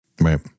Right